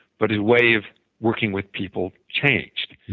but his way of working with people changed.